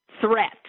threat